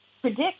predict